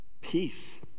peace